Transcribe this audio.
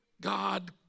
God